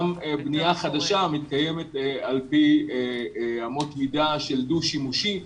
גם בנייה חדשה מתקיימת על פי אמות מידה של דו שימושי,